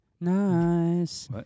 Nice